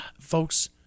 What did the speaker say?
folks